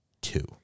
two